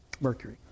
Mercury